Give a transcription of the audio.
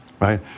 right